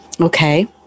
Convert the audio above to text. Okay